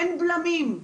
אין בלמים.